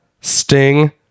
Sting